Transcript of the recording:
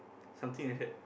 something like that